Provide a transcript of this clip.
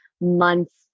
months